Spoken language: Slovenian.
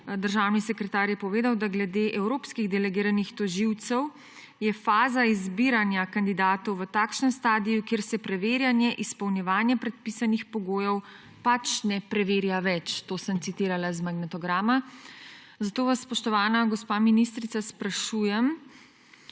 Državni sekretar je povedal, da glede evropskih delegiranih tožilcev je faza izbiranja kandidatov v takšnem stadiju, kjer se preverjanje izpolnjevanja predpisanih pogojev pač ne preverja več. To sem citirala iz magnetograma. Zato vas, spoštovana gospa ministrica, sprašujem: